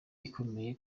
ikomeye